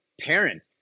parent